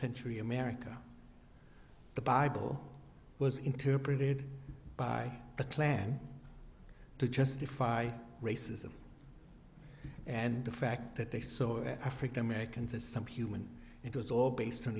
century america the bible was interpreted by the klan to justify racism and the fact that they saw african americans as some human it was all based on